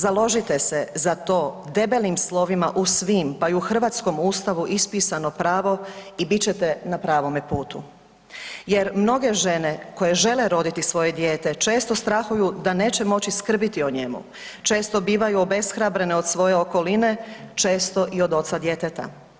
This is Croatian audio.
Založite se za to, debelim slovima u svim pa i u hrvatskom Ustavu ispisano pravo i bit ćete na pravome putu jer mnoge žene koje žele roditi svoje dijete često strahuju da neće moći skrbiti o njemu, često bivaju obeshrabrene od svoje okoline, često i od oca djeteta.